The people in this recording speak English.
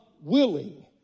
willing